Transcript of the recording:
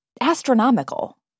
astronomical